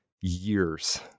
years